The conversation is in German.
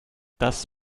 das